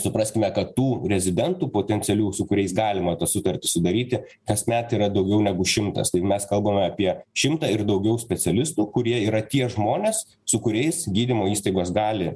supraskime kad tų rezidentų potencialių su kuriais galima tą sutartį sudaryti kasmet yra daugiau negu šimtas tai mes kalbam apie šimtą ir daugiau specialistų kurie yra tie žmonės su kuriais gydymo įstaigos gali